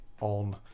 on